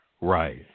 Right